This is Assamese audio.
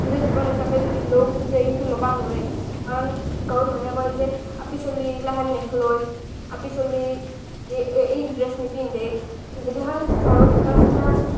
নিজৰ জীৱন হিচাপে যদি লওঁং খোজে কিন্তু ল'বা নৰেই কাৰণ গাঁৱৰ মানুহে কয় যে আপি চলি এগিলাখান নেখেলৱেই আপি চলি এই এই এই ড্ৰেছ নিপিন্ধেই যিগিলাখান চহৰত থাকা সেগিলাখান